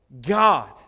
God